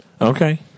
Okay